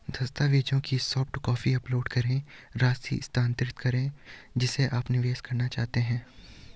दस्तावेजों की soft copy upload करें, राशि स्थानांतरित करें जिसे आप निवेश करना चाहते हैं